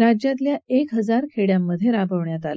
राज्यातल्या एक हजार खेड्यांमधे राबवण्यात आलं